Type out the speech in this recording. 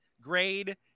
grade